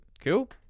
Cool